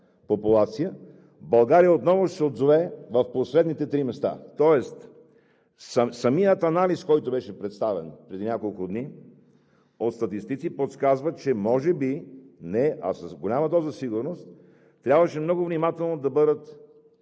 популацията, България отново ще се озове в последните три места. Самият анализ, който беше представен преди няколко дни от статистиците, подсказва, че с голяма доза сигурност трябваше много внимателно да бъдат